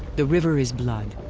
the river is blood.